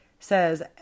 Says